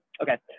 Okay